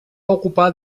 ocupar